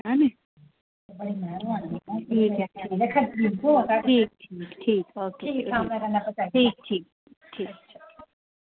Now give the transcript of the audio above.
ऐनी ठीक ठीक ठीक ओके ठीक ठीक